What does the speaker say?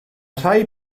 rhai